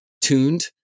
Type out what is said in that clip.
tuned